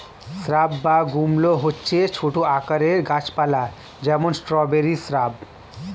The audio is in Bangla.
স্রাব বা গুল্ম হচ্ছে ছোট আকারের গাছ পালা, যেমন স্ট্রবেরি শ্রাব